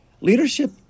leadership